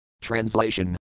Translation